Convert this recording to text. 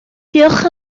diolch